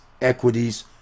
equities